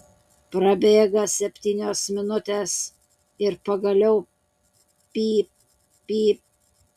prabėga septynios minutės ir pagaliau pyp pyp